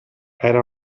era